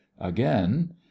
again